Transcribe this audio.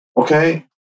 okay